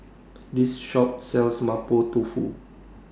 This Shop sells Mapo Tofu